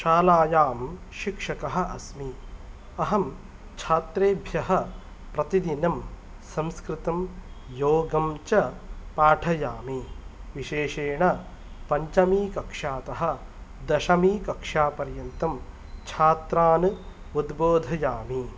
शालायां शिक्षकः अस्मि अहं छात्रेभ्यः प्रतिदिनं संस्कृतं योगं च पाठयामि विशेषेण पञ्चमीकक्ष्यातः दशमीकक्ष्यापर्यन्तं छात्रान् उद्बोधयामि